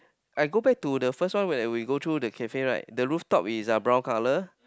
I go back to the first one where we go through the cafe right the rooftop is uh brown colour